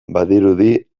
badirudi